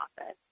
office